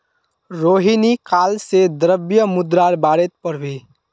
रोहिणी काल से द्रव्य मुद्रार बारेत पढ़बे